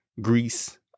Greece